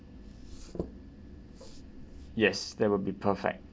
yes that will be perfect